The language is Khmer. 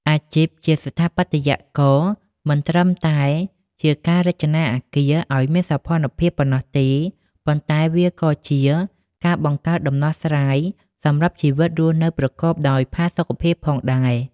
អាជីពជាស្ថាបត្យករ មិនត្រឹមតែជាការរចនាអគារឱ្យមានសោភ័ណភាពប៉ុណ្ណោះទេ ប៉ុន្តែវាក៏ជាការបង្កើតដំណោះស្រាយសម្រាប់ជីវិតរស់នៅប្រកបដោយផាសុកភាពផងដែរ។